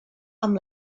amb